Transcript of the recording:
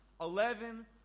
Eleven